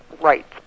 rights